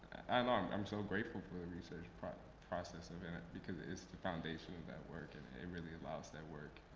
and um i'm so grateful for the research process and of and it, because it is the foundation of that work, and it really allows that work